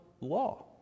law